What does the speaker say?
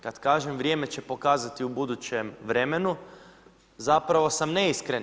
Kad kažem vrijeme će pokazati u budućem vremenu, zapravo sam neiskren.